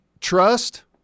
trust